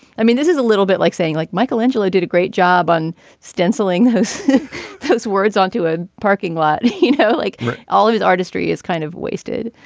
i mean this is a little bit like saying like michelangelo did a great job on stencil ing those words onto a parking lot. you know like all of his artistry is kind of wasted.